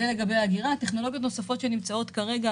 טכנולוגיות נוספות שנמצאות כרגע,